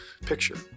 picture